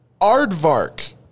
Aardvark